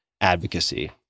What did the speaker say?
advocacy